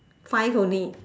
five only